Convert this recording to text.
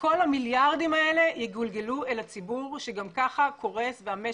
כל המיליארדים האלה יגולגלו אל הציבור והמשק שגם כך קורסים.